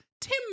Tim